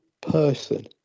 person